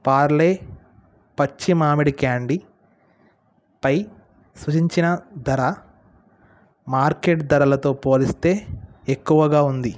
పార్లే పచ్చి మామిడి క్యాండీ పై సూచించిన ధర మార్కెట్ ధరలతో పోలిస్తే ఎక్కువగా ఉంది